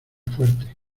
fuerte